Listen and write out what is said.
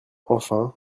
enfin